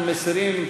אנחנו מסירים,